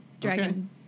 Dragon